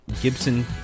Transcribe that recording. Gibson